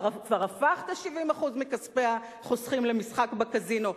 אם כבר הפכת 70% מכספי החוסכים למשחק בקזינו,